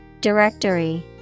Directory